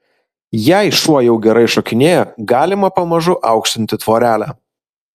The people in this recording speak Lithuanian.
jei šuo jau gerai šokinėja galima pamažu aukštinti tvorelę